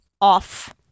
off